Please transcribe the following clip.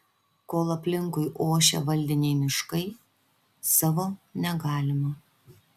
kol aplinkui ošia valdiniai miškai savo negalima